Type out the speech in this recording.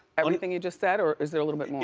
everything you just said, or is it a little bit more.